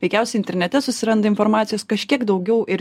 veikiausiai internete susiranda informacijos kažkiek daugiau ir